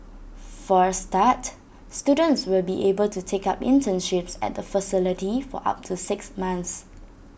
for A start students will be able to take up internships at the facility for up to six months